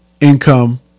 income